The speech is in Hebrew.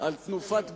על תנופת בנייה,